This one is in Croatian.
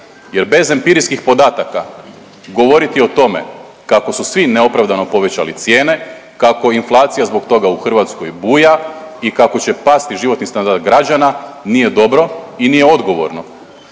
jer bez empirijskih podataka govoriti o tome kako su svi neopravdano povećali cijene, kako inflacija zbog toga u Hrvatskoj buja i kako će pasti životni standard građana, nije dobro i nije odgovorno.